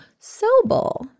Sobel